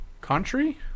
country